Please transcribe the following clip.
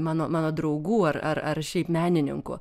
mano mano draugų ar ar šiaip menininkų